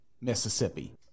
Mississippi